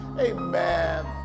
Amen